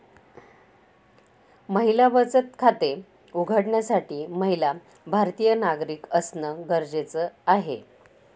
महिला बचत खाते उघडण्यासाठी महिला भारतीय नागरिक असणं गरजेच आहे